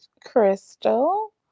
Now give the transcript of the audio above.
Crystal